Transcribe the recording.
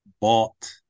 bought